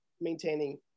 maintaining